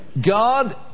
God